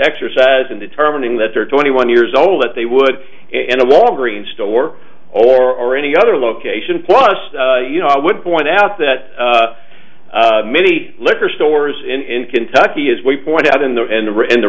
exercise in determining that they're twenty one years old that they would in a walgreens store or any other location plus you know i would point out that many liquor stores in kentucky as we point out in the end